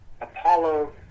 Apollo